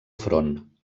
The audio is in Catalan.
front